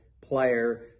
player